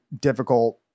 difficult